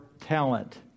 talent